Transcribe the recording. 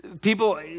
People